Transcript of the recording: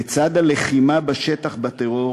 לצד הלחימה בשטח בטרור